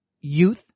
youth